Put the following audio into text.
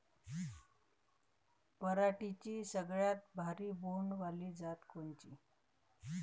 पराटीची सगळ्यात भारी बोंड वाली जात कोनची?